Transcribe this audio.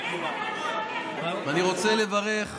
אני רוצה לברך.